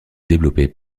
développés